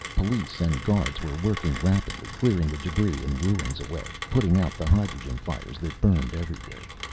police and guards were working rapidly, clearing the debris and ruins away, putting out the hydrogen fires that burned everywhere.